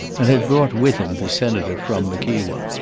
and had brought with him the senator from mickewa.